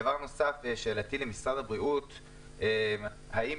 דבר נוסף, שאלתי למשרד הבריאות, האם